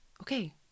Okay